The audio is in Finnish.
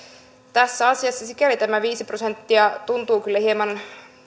tässä asiassa sikäli tämä viisi prosenttia tuntuu kyllä hieman